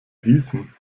diesem